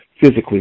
physically